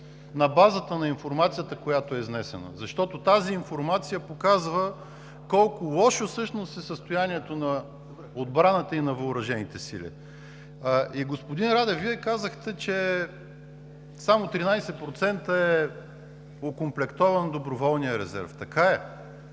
на базата на информацията, която е изнесена, защото таза информация показва колко лошо всъщност е състоянието на отбраната и на въоръжените сили. Господин Радев, Вие казахте, че само 13% е окомплектован доброволният резерв. Така е.